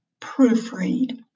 proofread